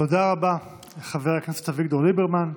תודה רבה לחבר הכנסת אביגדור ליברמן.